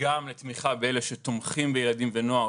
וגם לתמיכה באלה שתומכים בילדים ונוער,